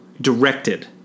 directed